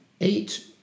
eight